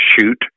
shoot